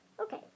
Okay